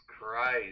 Christ